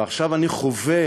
ועכשיו אני חווה,